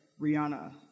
Rihanna